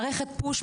מערכת push,